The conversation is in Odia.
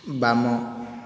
ବାମ